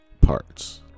parts